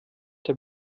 der